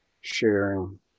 sharing